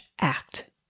act